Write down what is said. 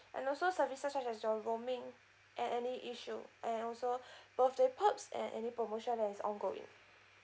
and also services such as your roaming and any issue and also birthday perks and any promotion that is ongoing